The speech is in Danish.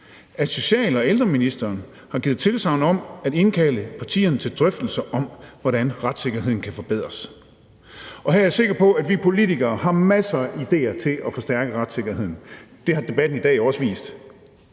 at social- og ældreministeren har givet tilsagn om at indkalde partierne til drøftelser om, hvordan retssikkerheden kan forbedres. Her er jeg sikker på, at vi politikere har masser af idéer til at forstærke retssikkerheden – det har debatten i dag også vist.